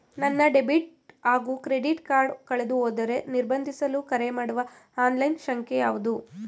ನನ್ನ ಡೆಬಿಟ್ ಹಾಗೂ credit card ಕಳೆದುಹೋದರೆ ನಿರ್ಬಂಧಿಸಲು ಕರೆಮಾಡುವ ಆನ್ಲೈನ್ ಸಂಖ್ಯೆಯಾವುದು?